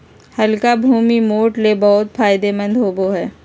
हल्का भूमि, मोठ ले बहुत फायदेमंद होवो हय